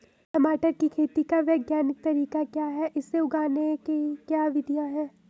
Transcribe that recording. टमाटर की खेती का वैज्ञानिक तरीका क्या है इसे उगाने की क्या विधियाँ हैं?